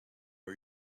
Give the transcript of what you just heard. are